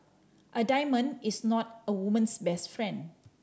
a diamond is not a woman's best friend